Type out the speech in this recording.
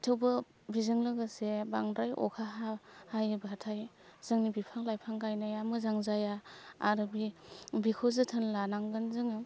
थेवबो बेजों लोगोसे बांद्राय अखा हायोबाथाय जोंनि बिफां लाइफां गायनाया मोजां जाया आरो बि बिखौ जोथोन लानांगोन जोङो